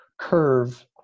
curve